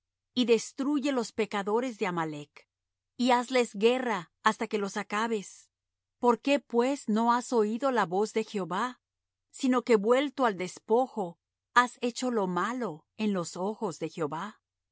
y destruye los pecadores de amalec y hazles guerra hasta que los acabes por qué pues no has oído la voz de jehová sino que vuelto al despojo has hecho lo malo en los ojos de jehová